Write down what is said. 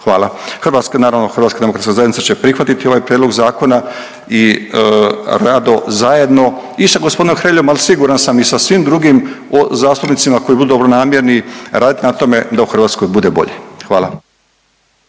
Hvala, naravno HDZ će prihvatiti ovaj prijedlog zakona i rado zajedno i sa gospodinom Hreljom, ali siguran sam i sa svim drugim zastupnicima koji budu dobronamjerni da u Hrvatskoj bude bolje. Hvala.